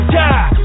die